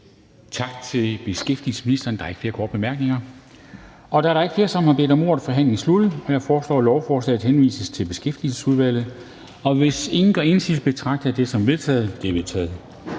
Tak til beskæftigelsesministeren. Der er ikke flere korte bemærkninger. Da der ikke er flere, som har bedt om ordet, er forhandlingen sluttet. Jeg foreslår, at lovforslaget henvises til Beskæftigelsesudvalget. Hvis ingen gør indsigelse, betragter jeg det som vedtaget. Det er vedtaget.